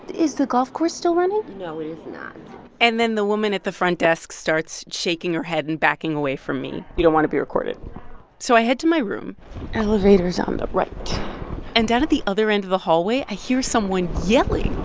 is the golf course still running? no, it is not and then the woman at the front desk starts shaking her head and backing away from me you don't want to be recorded so i head to my room elevator's on the right and down at the other end of the hallway, i hear someone yelling